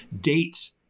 date